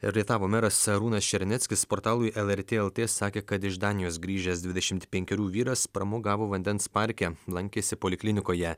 rietavo meras arūnas černeckis portalui lrt lt sakė kad iš danijos grįžęs dvidešimt penkerių vyras pramogavo vandens parke lankėsi poliklinikoje